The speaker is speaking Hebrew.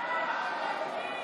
בושה.